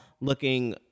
looking